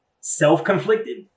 self-conflicted